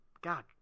God